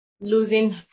losing